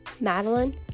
Madeline